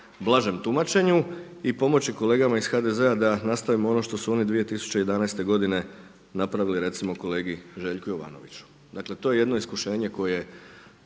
blažem tumačenju i pomoći kolegama iz HDZ-a da nastavimo ono što su oni 2011. godine napravili recimo kolegi Željku Jovanoviću. Dakle to je jedno iskušenje kojemu